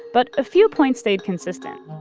but a few points stayed consistent.